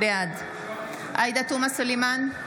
בעד עאידה תומא סלימאן,